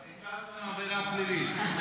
אז ניצלת מעבירה פלילית.